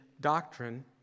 doctrine